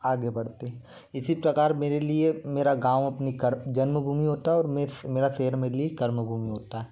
आगे बढ़ते है इसी प्रकार मेरे लिए मेरा गाँव अपनी जन्मभूमि होता है और मैं मेरा शहर मेरे किए कर्मभूमि होता है